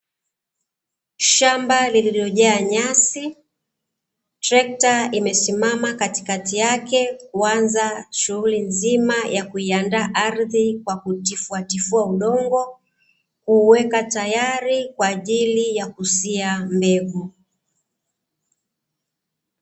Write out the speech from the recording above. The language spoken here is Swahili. Shamba lililojaa nyasi, trekta imesimama katikati yake, kuanza shughuli nzima ya kuiandaa ardhi kwa kuitifuatifua udongo, kuuweka tayari kwa ajili ya kusia mbegu.